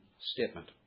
statement